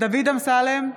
דוד אמסלם,